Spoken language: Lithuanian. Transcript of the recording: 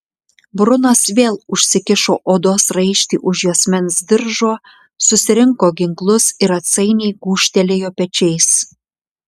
brunas vėl užsikišo odos raištį už juosmens diržo susirinko ginklus ir atsainiai gūžtelėjo pečiais